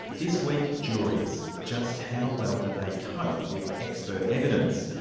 this week, juries just how well do they cope with expert evidence?